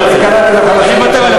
חברי חברי הכנסת,